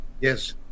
Yes